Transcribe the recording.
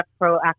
proactive